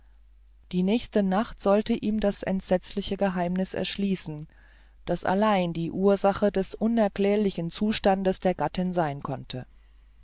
die nächste nacht sollte ihm das entsetzliche geheimnis erschließen das allein die ursache des unerklärlichen zustandes der gattin sein konnte